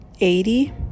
eighty